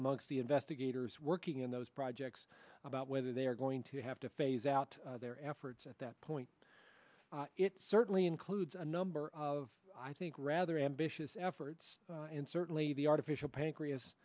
amongst the investigators working in those projects about they're going to have to phase out their efforts at that point it certainly includes a number of i think rather ambitious efforts and certainly the artificial pancreas